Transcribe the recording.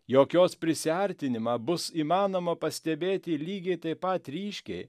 jog jos prisiartinimą bus įmanoma pastebėti lygiai taip pat ryškiai